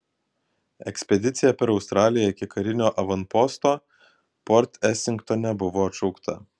ekspedicija per australiją iki karinio avanposto port esingtone buvo atšaukta